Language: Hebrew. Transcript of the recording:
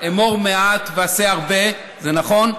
אמור מעט ועשה הרבה", זה נכון,